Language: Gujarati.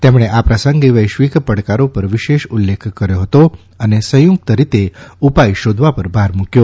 તેમણે આ પ્રસંગે વૈશ્વિક પડકારો પર વિશેષ ઉલ્લેખ કર્યો હતો અને સંયુક્ત રીતે ઉપાય શોધવા પર ભાર મૂક્યો